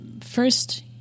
first